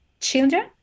children